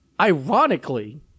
Ironically